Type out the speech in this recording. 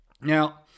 Now